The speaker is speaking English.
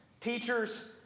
Teachers